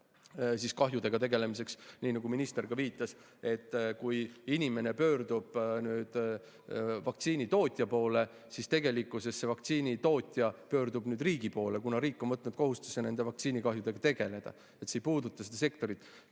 selle kahjudega tegelemise kohustuse riigile, nii nagu minister ka viitas. Kui inimene pöördub vaktsiini tootja poole, siis tegelikkuses vaktsiini tootja pöördub riigi poole, kuna riik on võtnud kohustuse nende vaktsiinikahjudega tegeleda. See ei puuduta seda sektorit.